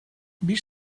bir